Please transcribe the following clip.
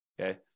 okay